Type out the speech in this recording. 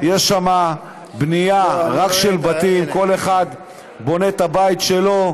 יש שם בנייה רק של בתים, כל אחד בונה את הבית שלו.